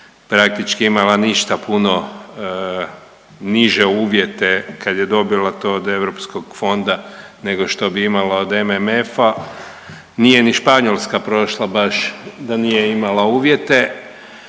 praktički imala ništa puno niže uvjete kada je dobila to od Europskog fonda nego što bi imala od MMF-a. Nije ni Španjolska prošla baš da nije imala uvjete,